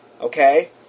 Okay